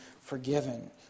forgiven